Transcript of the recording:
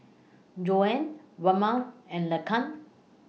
John Waymon and Laken